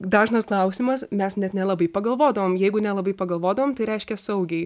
dažnas klausimas mes net nelabai pagalvodavom jeigu nelabai pagalvodavom tai reiškia saugiai